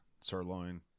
sirloin